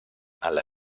alla